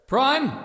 Prime